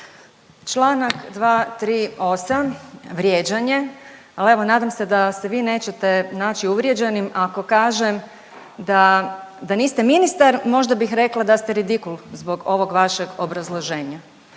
Čl. 238., vrijeđanje, al evo nadam se da se vi nećete naći uvrijeđenim ako kažem da niste ministar možda bih rekla da ste ridikul zbog ovog vašeg obrazloženja.